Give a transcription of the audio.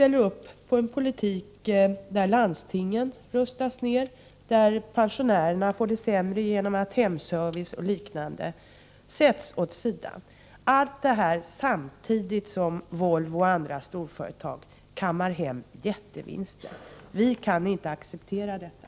Man står vidare bakom en politik som innebär att landstingen rustas ned och att pensionärerna får det sämre genom att hemservice och liknande sätts åt sidan. Allt detta sker samtidigt som Volvo och andra storföretag kammar hem jättevinster. Vi kan inte acceptera detta.